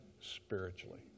spiritually